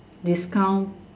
discount